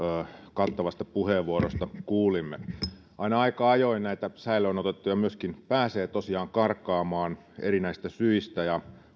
kattavasta puheenvuorosta kuulimme aina aika ajoin näitä säilöön otettuja tosiaan myöskin pääsee karkaamaan erinäisistä syistä